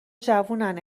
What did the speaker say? جوونن